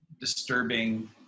disturbing